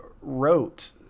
Wrote